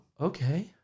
okay